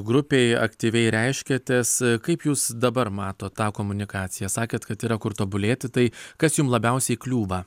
grupei aktyviai reiškėtės kaip jūs dabar matot tą komunikaciją sakėt kad yra kur tobulėti tai kas jum labiausiai kliūva